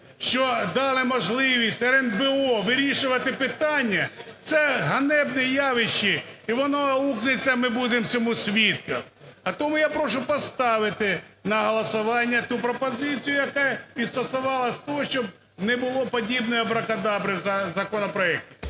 що дали можливість РНБО вирішувати питання, це ганебне явище і воно аукнеться, і ми будемо цьому свідками. А тому я прошу поставити на голосування ту пропозицію, яка і стосувалась того, щоб не було подібної абракадабри в законопроекті.